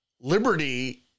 liberty